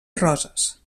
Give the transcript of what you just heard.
roses